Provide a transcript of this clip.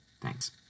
Thanks